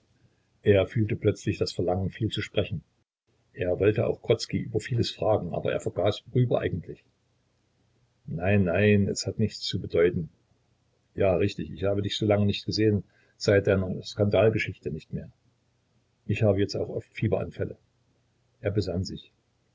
er fühlte plötzlich das verlangen viel zu sprechen er wollte auch grodzki über vieles fragen aber er vergaß worüber eigentlich nein nein es hat nichts zu bedeuten ja richtig ich habe dich so lange nicht gesehen seit deiner skandalgeschichte nicht mehr ich habe jetzt auch oft fieberanfälle er besann sich